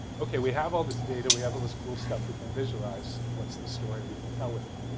okay, we have all this data we have all this cool stuff we can visualize what's the story we can tell with it?